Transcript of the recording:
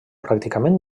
pràcticament